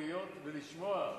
להיות ולשמוע,